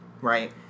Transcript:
right